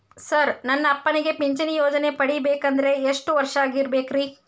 Sir ನನ್ನ ಅಪ್ಪನಿಗೆ ಪಿಂಚಿಣಿ ಯೋಜನೆ ಪಡೆಯಬೇಕಂದ್ರೆ ಎಷ್ಟು ವರ್ಷಾಗಿರಬೇಕ್ರಿ?